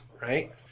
right